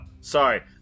Sorry